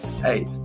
Hey